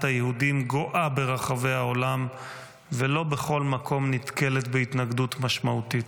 היהודים גואה ברחבי העולם ולא בכל מקום נתקלת בהתנגדות משמעותית.